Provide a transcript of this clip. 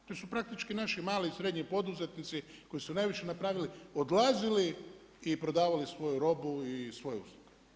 To su naši mali i srednji poduzetnici koji su najviše napravili odlazili i prodavali svoju robu i svoje usluge.